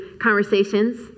conversations